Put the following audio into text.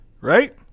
right